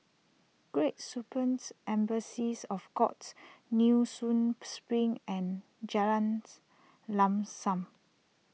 Great of God Nee Soon Spring and Jalans Lam Sam